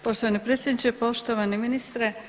Poštovani predsjedniče, poštovani ministre.